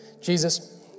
Jesus